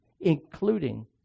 Including